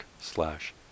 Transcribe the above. slash